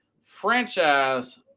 franchise